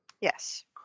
Yes